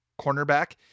cornerback